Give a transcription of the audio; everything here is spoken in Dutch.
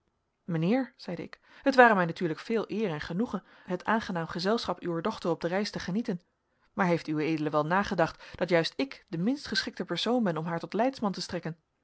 mijnheer zeide ik het ware mij natuurlijk veel eer en genoegen het aangenaam gezelschap uwer dochter op de reis te genieten maar heeft ued wel nagedacht dat juist ik de minst geschikte persoon ben om haar tot leidsman te strekken